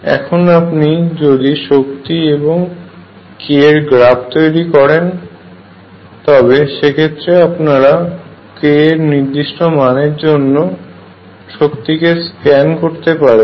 এখন আপনি যদি শক্তি এবং k এর গ্রাফ তৈরি করেন তবে সেক্ষেত্রে আপনারা k এর নির্দিষ্ট মানের জন্য শক্তিকে স্ক্যান করতে পারেন